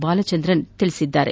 ಬಾಲಚಂದ್ರನ್ ತಿಳಿಸಿದ್ದಾರೆ